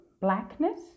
blackness